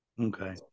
Okay